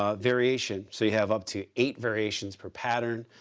ah variation. so you have up to eight variations per pattern.